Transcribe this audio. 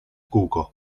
kółko